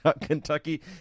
kentucky